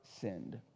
sinned